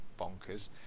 bonkers